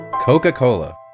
Coca-Cola